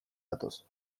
datoz